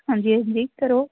ਹਾਂਜੀ ਹਾਂਜੀ ਕਰੋ